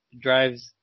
drives